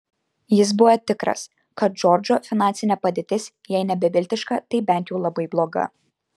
jis buvo tikras kad džordžo finansinė padėtis jei ne beviltiška tai bent jau labai bloga